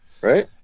Right